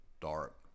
dark